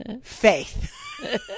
faith